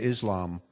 Islam